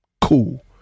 Cool